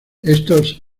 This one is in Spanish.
estos